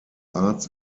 arts